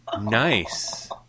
Nice